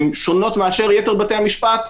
והן שונות מאשר יתר בתי המשפט,